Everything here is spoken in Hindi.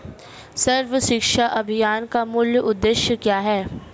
सर्व शिक्षा अभियान का मूल उद्देश्य क्या है?